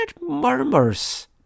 murmurs